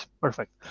Perfect